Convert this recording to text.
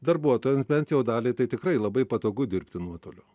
darbuotojams bent jau daliai tai tikrai labai patogu dirbti nuotoliu